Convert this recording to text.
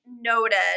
noted